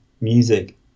music